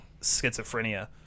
schizophrenia